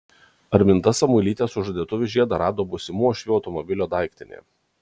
arminta samuilytė sužadėtuvių žiedą rado būsimų uošvių automobilio daiktinėje